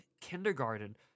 Kindergarten